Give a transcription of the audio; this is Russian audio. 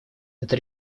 это